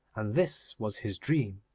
and this was his dream.